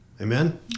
Amen